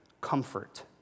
comfort